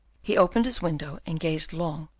he opened his window, and gazed long,